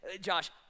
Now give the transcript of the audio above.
Josh